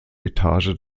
etage